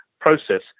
process